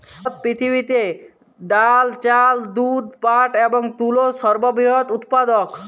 ভারত পৃথিবীতে ডাল, চাল, দুধ, পাট এবং তুলোর সর্ববৃহৎ উৎপাদক